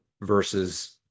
versus